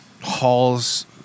Hall's